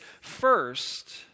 first